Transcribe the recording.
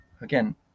again